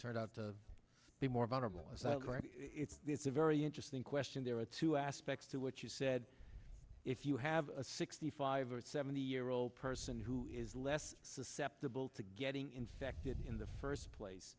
turned out to be more vulnerable and it's the it's a very interesting question there are two aspects to what you said if you have a sixty five or seventy year old person who is less susceptible to getting infected in the first place